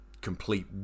complete